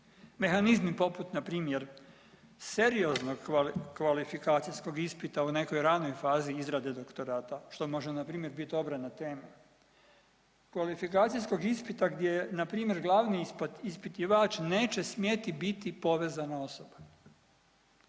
Mehanizmi poput npr. serioznog kvali, kvalifikacijskog ispita u nekoj ranoj fazi izrade doktorata, što može npr. bit obrana teme, kvalifikacijskog ispita gdje npr. glavni ispitivač neće smjeti biti povezana osoba.